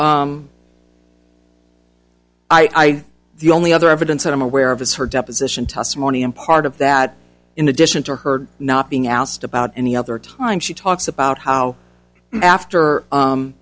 so i the only other evidence that i'm aware of is her deposition testimony and part of that in addition to her not being asked about any other time she talks about how after